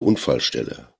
unfallstelle